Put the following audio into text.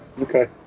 Okay